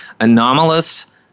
anomalous